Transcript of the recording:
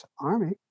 Army